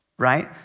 right